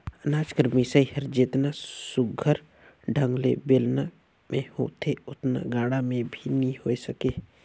अनाज कर मिसई हर जेतना सुग्घर ढंग ले बेलना मे होथे ओतना गाड़ा मे नी होए सके